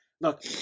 look